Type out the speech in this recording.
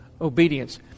obedience